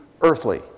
earthly